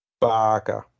Baka